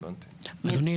אדוני,